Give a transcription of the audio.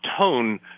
tone